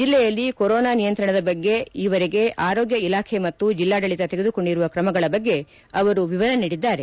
ಜಿಲ್ಲೆಯಲ್ಲಿ ಕೊರೊನಾ ನಿಯಂತ್ರಣದ ಬಗ್ಗೆ ಈ ವರೆಗೆ ಆರೋಗ್ಯ ಇಲಾಖೆ ಮತ್ತು ಜಿಲ್ಲಾಡಳಿತ ತೆಗೆದುಕೊಂಡಿರುವ ಕ್ರಮಗಳ ಬಗ್ಗೆ ವಿವರ ನೀಡಿದ್ದಾರೆ